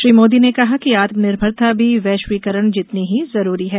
श्री मोदी ने कहा कि आत्मनिर्भरता भी वैश्वीकरण जितनी ही जरूरी है